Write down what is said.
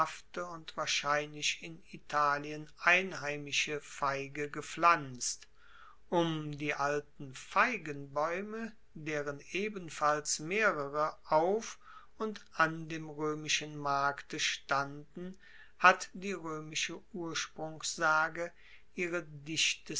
und wahrscheinlich in italien einheimische feige gepflanzt um die alten feigenbaeume deren ebenfalls mehrere auf und an dem roemischen markte standen hat die roemische ursprungssage ihre